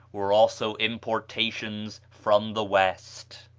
were also importations from the west.